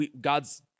God's